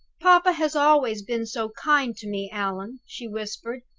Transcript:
papa has always been so kind to me, allan, she whispered,